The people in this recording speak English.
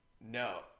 No